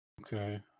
Okay